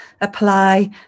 apply